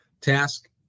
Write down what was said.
Task